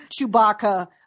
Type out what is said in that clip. Chewbacca